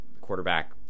quarterback